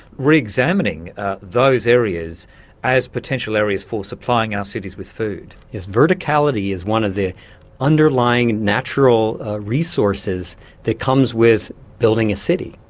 re-examining those areas as potential areas for supplying our cities with food. yes, verticality is one of the underlying natural resources that comes with building a city.